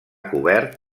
cobert